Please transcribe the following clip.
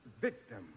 victim